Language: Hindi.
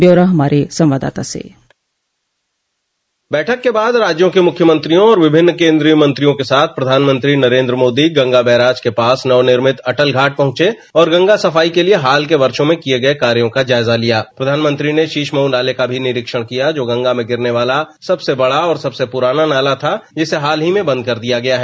ब्यौरा हमारे संवाददाता से बैठक के बाद राज्यों के मुख्यमंत्रियों और विभिन्न केंद्रीय मंत्रियों के साथ प्रधानमंत्री गंगा बैराज के पास नवनिर्मित अटल घाट पहुंचे और गंगा सफाई के लिए हाल के वर्षो में किए गए कार्यों का जायजा लिया प्रधानमंत्री ने शीश मऊ नाले का भी निरीक्षण किया जो गंगा में गिरने वाला सबसे बड़ा और सबसे पुराना डाला था जिसे हाल ही में बंद कर दिया गया है